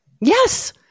Yes